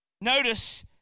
Notice